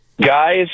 Guys